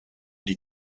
die